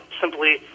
simply